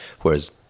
Whereas